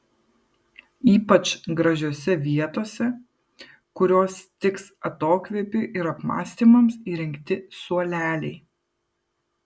ypač gražiose vietose kurios tiks atokvėpiui ir apmąstymams įrengti suoleliai